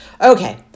Okay